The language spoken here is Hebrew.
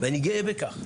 ואני גאה בכך.